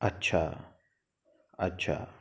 अच्छा अच्छा